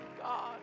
God